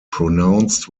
pronounced